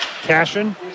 Cashin